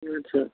ଆଚ୍ଛା